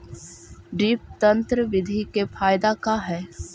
Drip तन्त्र बिधि के फायदा का है?